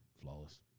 Flawless